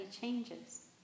changes